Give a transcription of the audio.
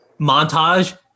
montage